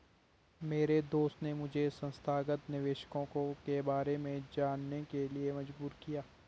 मेरे दोस्त ने मुझे संस्थागत निवेशकों के बारे में जानने के लिए मजबूर किया